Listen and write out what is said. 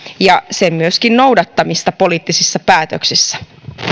ja myöskin sen noudattamista poliittisissa päätöksissä